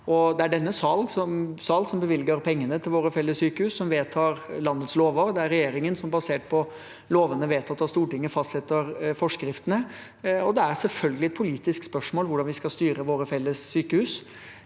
Det er denne sal som bevilger pengene til våre felles sykehus, og som vedtar landets lover. Det er regjeringen som basert på lovene vedtatt av Stortinget, fastsetter forskriftene, og det er selvfølgelig et politisk spørsmål hvordan vi skal styre våre felles sykehus.